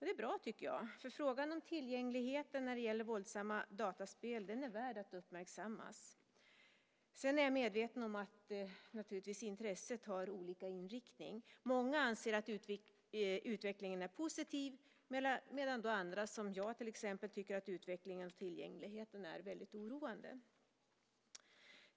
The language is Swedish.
Det är bra, tycker jag, för frågan om tillgängligheten när det gäller våldsamma datorspel är värd att uppmärksammas. Men naturligtvis är jag medveten om att intresset har olika inriktning. Många anser att utvecklingen är positiv, medan andra, till exempel jag, tycker att utvecklingen och tillgängligheten är väldigt oroande.